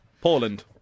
Poland